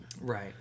right